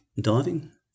diving